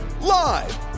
Live